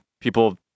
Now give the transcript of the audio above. people